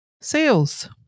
sales